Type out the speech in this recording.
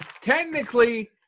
Technically